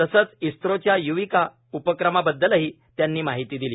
तसंच इस्रोच्या य्विका उपक्रमाबद्दलही त्यांनी माहिती दिली